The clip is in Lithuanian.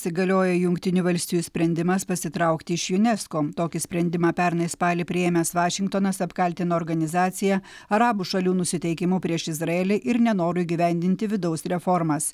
įsigalioja jungtinių valstijų sprendimas pasitraukti iš junesko tokį sprendimą pernai spalį priėmęs vašingtonas apkaltino organizaciją arabų šalių nusiteikimu prieš izraelį ir nenoru įgyvendinti vidaus reformas